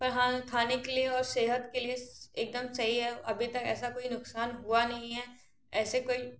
पर हाँ खाने के लिए और सेहत के लिए एक दम सही है अभी तक ऐसा कोई नुकसान हुआ नहीं है ऐसे कोई